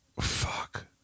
Fuck